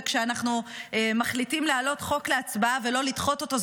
וכשאנחנו מחליטים להעלות חוק להצבעה ולא לדחות אותו זה